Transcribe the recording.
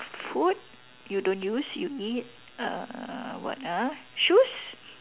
food you don't use you eat uh what ah shoes